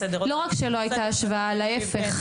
לא רק שלא הייתה השוואה להיפך.